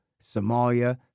Somalia